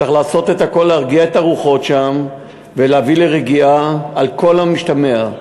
צריך לעשות הכול להרגיע את הרוחות שם ולהביא לרגיעה על כל המשתמע.